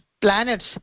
planets